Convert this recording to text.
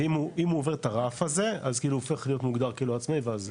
ואם הוא עובר את הרף הזה אז הוא הופך להיות מוגדר כלא עצמאי.